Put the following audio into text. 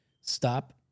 stop